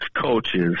coaches